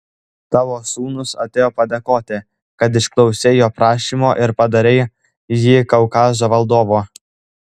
tavo sūnus atėjo padėkoti kad išklausei jo prašymo ir padarei jį kaukazo valdovu